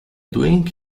doing